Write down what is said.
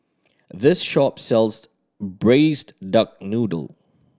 this shop sells Braised Duck Noodle